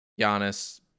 Giannis